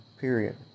Period